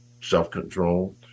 self-control